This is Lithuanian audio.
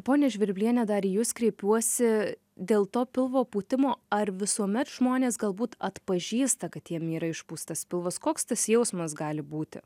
ponia žvirbliene dar į jus kreipiuosi dėl to pilvo pūtimo ar visuomet žmonės galbūt atpažįsta kad jiem yra išpūstas pilvas koks tas jausmas gali būti